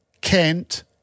Kent